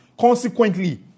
Consequently